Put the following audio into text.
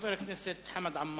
חבר הכנסת חמד עמאר,